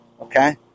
okay